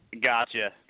Gotcha